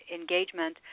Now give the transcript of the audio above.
engagement